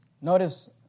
Notice